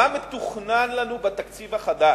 מה מתוכנן לנו בתקציב החדש?